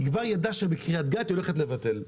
היא כבר ידעה שבקרית גת היא הולכת לבטל.